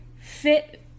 fit